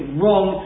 wrong